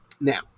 Now